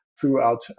throughout